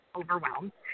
overwhelmed